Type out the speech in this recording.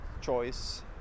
choice